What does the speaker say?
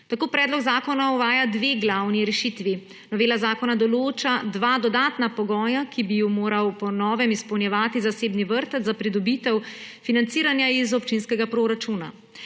Tako predlog zakona uvaja dve glavni rešitvi. Novela zakona določa dva dodatna pogoja, ki bi ju moral po novem izpolnjevati zasebni vrtec za pridobitev financiranja iz občinskega proračuna.